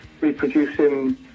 reproducing